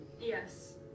Yes